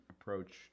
approach